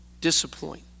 disappoint